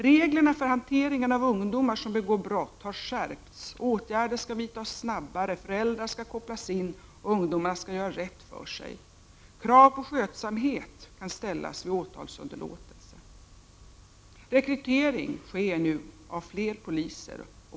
— Reglerna för hanteringen av ungdomar som begår brott har skärpts. Åtgärder skall vidtas snabbare. Föräldrar skall kopplas in, och ungdomarna skall göra rätt för sig. Krav på skötsamhet kan ställas vid åtalsunderlåtelse. — Rekrytering sker av poliser.